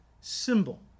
symbol